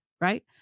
right